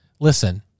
listen